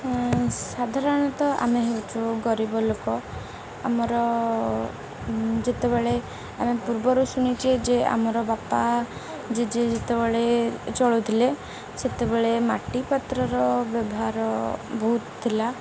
ସାଧାରଣତଃ ଆମେ ହେଉଛୁ ଗରିବ ଲୋକ ଆମର ଯେତେବେଳେ ଆମେ ପୂର୍ବରୁ ଶୁଣିଛେ ଯେ ଆମର ବାପା ଜେଜେ ଯେତେବେଳେ ଚଳୁଥିଲେ ସେତେବେଳେ ମାଟିପାତ୍ରର ବ୍ୟବହାର ବହୁତ ଥିଲା